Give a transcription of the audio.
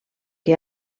que